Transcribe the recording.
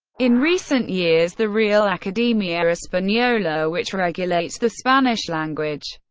in recent years the real academia espanola, which regulates the spanish language,